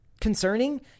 concerning